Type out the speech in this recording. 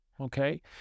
okay